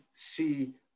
See